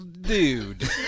Dude